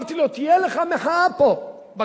אמרתי לו: תהיה לך מחאה פה בקיץ.